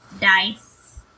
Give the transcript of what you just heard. dice